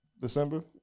December